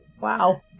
Wow